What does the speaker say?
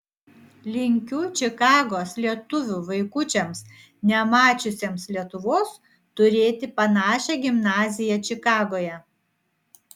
linkiu čikagos lietuvių vaikučiams nemačiusiems lietuvos turėti panašią gimnaziją čikagoje